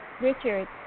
Richard